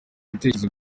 ibitekerezo